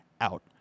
out